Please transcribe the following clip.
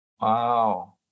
Wow